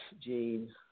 Gene